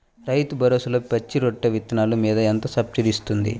రైతు భరోసాలో పచ్చి రొట్టె విత్తనాలు మీద ఎంత సబ్సిడీ ఇస్తుంది?